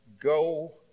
Go